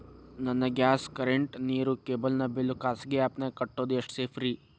ನನ್ನ gas current, ನೇರು, cable ನ ಬಿಲ್ ಖಾಸಗಿ ಆ್ಯಪ್ ನ್ಯಾಗ್ ಕಟ್ಟೋದು ಎಷ್ಟು ಸೇಫ್ರಿ?